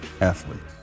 Athletes